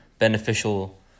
beneficial